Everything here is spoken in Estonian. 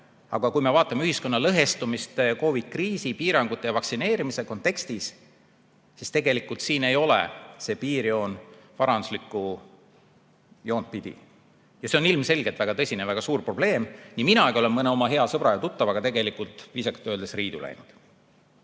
Aga kui me vaatame ühiskonna lõhestumist COVID-kriisi, piirangute ja vaktsineerimise kontekstis, siis tegelikult siin ei ole see piirjoon varanduslikku joont pidi. See on ilmselgelt väga tõsine, väga suur probleem. Nii minagi olen mõne oma hea sõbra ja tuttavaga tegelikult, viisakalt öeldes, riidu läinud.